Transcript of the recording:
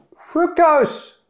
fructose